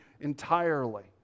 entirely